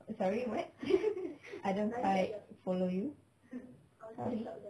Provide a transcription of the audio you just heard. sorry what I don't quite follow you sorry